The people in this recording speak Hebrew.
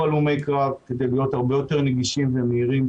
הלומי קרב כדי להיות הרבה יותר נגישים ומהירים.